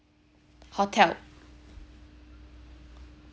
hotel